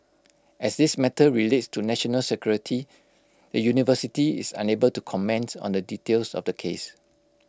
as this matter relates to national security the university is unable to comment on the details of the case